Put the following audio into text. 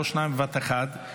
לא שניים בבת אחת,